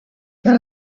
can